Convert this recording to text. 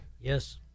yes